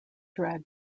drag